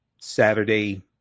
Saturday